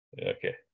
Okay